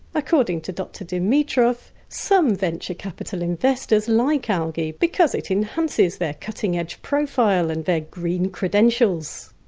according to dr dimitrov, some venture capital investors like algae because it enhances their cutting-edge profile and their green credentials.